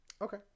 Okay